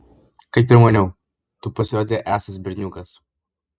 kaip ir maniau tu pasirodei esąs berniukas